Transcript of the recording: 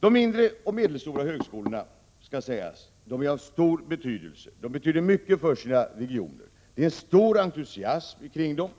De mindre och medelstora högskolorna är av stor betydelse. De betyder mycket för sina regioner. Det råder stor entusiasm kring dem,